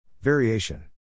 Variation